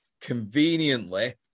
conveniently